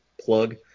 plug